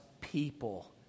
people